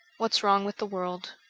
what s wrong with the world